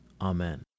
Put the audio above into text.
Amen